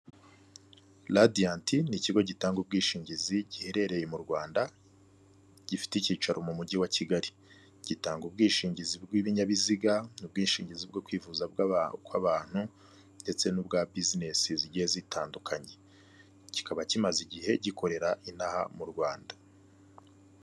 Radiyanti ni ikigo gitanga ubwishingizi giherereye mu Rwanda, gifite icyicaro mu mujyi wa Kigali. Gitanga ubwishingizi bw'ibinyabiziga, ubwishingizi bwo kwivuza kw'abantu ndetse n'ubwa bizinesi zigiye zitandukanye. Kikaba kimaze igihe gikorera inaha mu Rwanda.